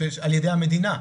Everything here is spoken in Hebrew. על ידי המדינה?